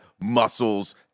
muscles